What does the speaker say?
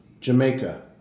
Jamaica